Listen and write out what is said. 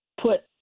put